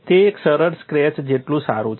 તે એક સરળ સ્ક્રેચ જેટલું સારું છે